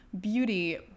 beauty